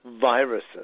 viruses